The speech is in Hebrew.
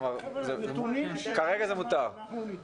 אני מסתכלת על זה עוד פעם ועוד פעם.